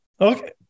okay